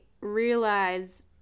realize